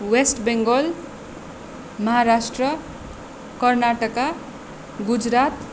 West Bengal Maharashtra Karnataka Gujarat